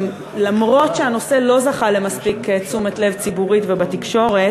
אף-על-פי שהנושא לא זכה למספיק תשומת לב בציבור ובתקשורת,